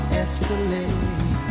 escalate